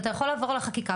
אתה יכול לעבור על החקיקה,